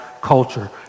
culture